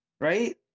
right